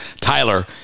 Tyler